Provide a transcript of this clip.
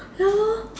ya lor